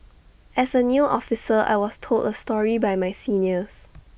as A new officer I was told A story by my seniors